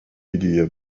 idea